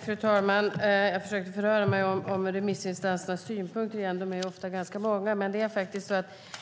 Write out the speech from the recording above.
Fru talman! Jag har försökt förhöra mig om remissinstansernas synpunkter igen, och de är ofta ganska vaga. Men det är